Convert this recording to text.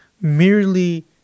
Merely